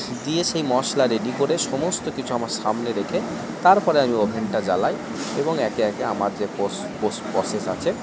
দিয়ে সেই মশলা রেডি করে সমস্ত কিছু আমার সামনে রেখে তারপরে আমি ওভেনটা জ্বালাই এবং একে একে আমার যে প্রসেস আছে